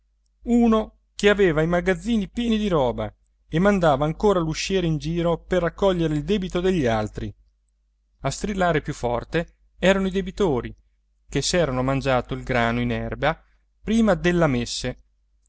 uno che aveva i magazzini pieni di roba e mandava ancora l'usciere in giro per raccogliere il debito degli altri a strillare più forte erano i debitori che s'erano mangiato il grano in erba prima della messe